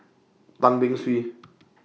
Tan Beng Swee